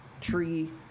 tree